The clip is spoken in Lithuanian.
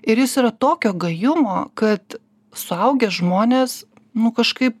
ir jis yra tokio gajumo kad suaugę žmonės nu kažkaip